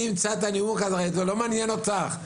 אמצא את הנימוק הרי זה לא מעניין אותך.